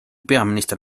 peaminister